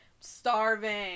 starving